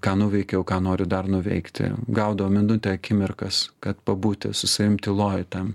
ką nuveikiau ką noriu dar nuveikti gaudau minutę akimirkas kad pabūti su savim tyloje tam